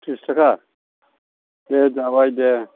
थ्रिस थाखा दे जाबाय दे